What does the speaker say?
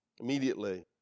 immediately